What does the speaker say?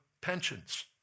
pensions